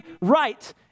right